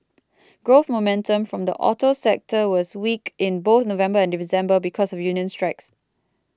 growth momentum from the auto sector was weak in both November and December because of union strikes